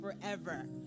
forever